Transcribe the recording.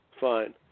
Fine